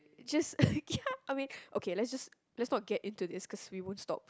just uh ya I mean okay let's just let's not get into this cause we won't stop